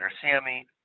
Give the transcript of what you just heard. sammy